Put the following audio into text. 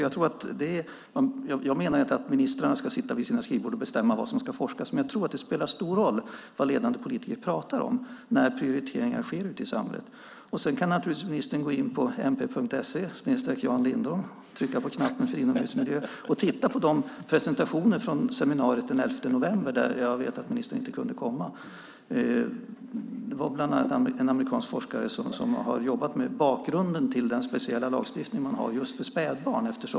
Jag menar inte att ministrarna ska sitta vid sina skrivbord och bestämma vad det ska forskas om, men jag tror att det spelar stor roll vad ledande politiker pratar om när prioriteringar sker i samhället. Ministern kan naturligtvis gå in på mp.se/janlindholm och klicka på Inomhusmiljö och titta på presentationerna från seminariet den 11 november, som jag vet att ministern inte kunde komma till. Där var bland annat en amerikansk forskare som har jobbat med bakgrunden till den speciella lagstiftning som finns för just spädbarn.